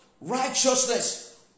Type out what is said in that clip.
Righteousness